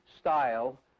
style